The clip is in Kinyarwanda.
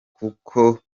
kuko